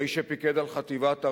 האיש שפיקד על חטיבת הראל,